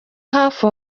hafi